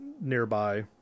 nearby